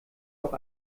auch